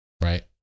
right